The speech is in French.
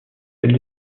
celle